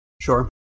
Sure